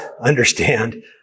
understand